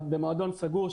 במועדון סגור,